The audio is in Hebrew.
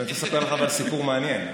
אני אספר לך סיפור מעניין.